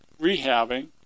rehabbing